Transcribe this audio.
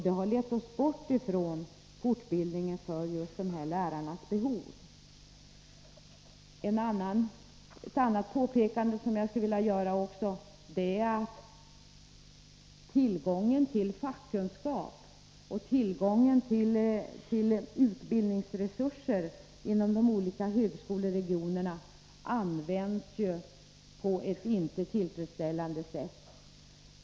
Det har lett oss bort från den fortbildning som är nödvändig med hänsyn till just dessa lärares behov. Ett annat påpekande som jag skulle vilja göra är att tillgången till fackkunskap och utbildningsresurser inom de olika högskoleregionerna används på ett otillfredsställande sätt.